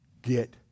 get